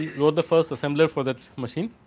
you know the first assembly of for that machine.